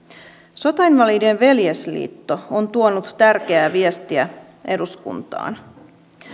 sotainvalidien veljesliitto on tuonut tärkeää viestiä eduskuntaan